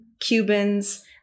Cubans